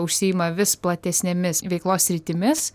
užsiima vis platesnėmis veiklos sritimis